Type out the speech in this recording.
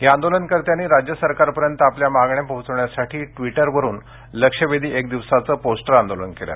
या आंदोलनकर्त्यांनी राज्य सरकारपर्यंत आपल्या मागण्या पोहोचविण्यासाठी ट्विटरवरुन लक्षवेधी एक दिवसाचं पोस्टर आंदोलन केलं